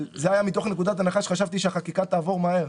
אבל זה היה מתוך נקודת הנחה שחשבתי שהחקיקה תעבור מהר.